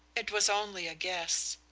it was only a guess.